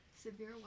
Severe